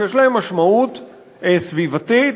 שיש להם משמעות סביבתית,